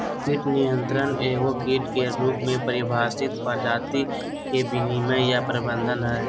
कीट नियंत्रण एगो कीट के रूप में परिभाषित प्रजाति के विनियमन या प्रबंधन हइ